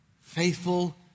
Faithful